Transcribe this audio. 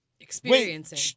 Experiencing